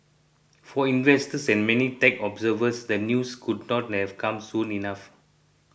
for investors and many tech observers the news could not have come soon enough